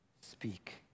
speak